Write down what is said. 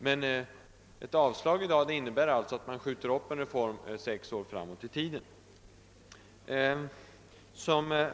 Men ett avslag i dag innebär att vi skjuter upp en reform på detta område sex år framåt i tiden.